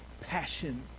passion